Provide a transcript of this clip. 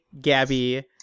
Gabby